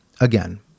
Again